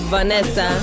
Vanessa